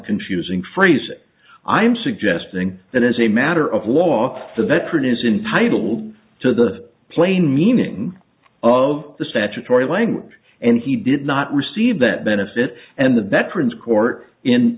confusing phrase i am suggesting that as a matter of law the veteran is entitle to the plain meaning of the statutory language and he did not receive that benefit and the veterans court in